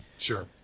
Sure